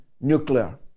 nuclear